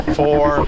four